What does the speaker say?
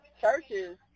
churches